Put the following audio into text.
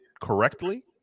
correctly